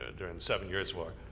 and and seven years war,